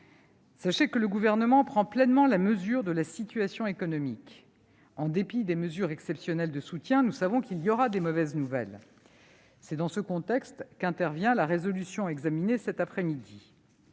Sachez que le Gouvernement prend pleinement la mesure de la situation économique, mais, malgré les mesures exceptionnelles de soutien, nous savons qu'il y aura des mauvaises nouvelles. C'est dans ce contexte qu'intervient la proposition de résolution examinée cet après-midi.